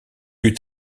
eut